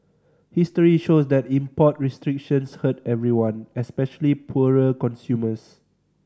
history shows that import restrictions hurt everyone especially poorer consumers